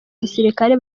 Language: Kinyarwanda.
gisirikare